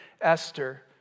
Esther